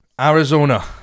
Arizona